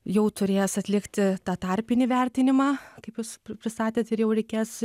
jau turės atlikti tą tarpinį vertinimą kaip jūs pristatėt ir jau reikės